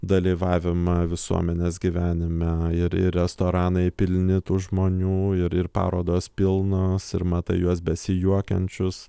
dalyvavimą visuomenės gyvenime ir ir restoranai pilni tų žmonių ir ir parodos pilnos ir matai juos besijuokiančius